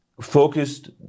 focused